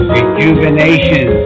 Rejuvenation